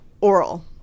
oral